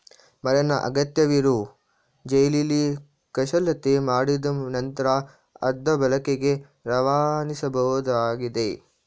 ಮರನ ಅಗತ್ಯವಿರೋ ಶೈಲಿಲಿ ಕುಶಲತೆ ಮಾಡಿದ್ ನಂತ್ರ ಅದ್ನ ಬಳಕೆಗೆ ರವಾನಿಸಬೋದಾಗಿದೆ